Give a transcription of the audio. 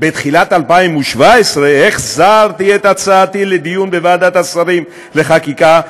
בתחילת 2017 החזרתי את הצעתי לדיון בוועדת השרים לחקיקה,